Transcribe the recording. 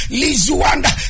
lizuanda